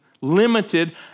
limited